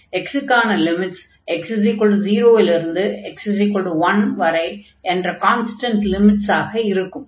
x க்கான limits x0 இலிருந்து x1 வரை என்ற கான்ஸ்டன்ட் லிமிட்ஸ் ஆக இருக்கும்